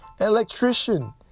electrician